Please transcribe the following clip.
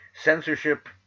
censorship